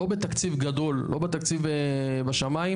לא בתקציב גדול לא בתקציב בשמיי,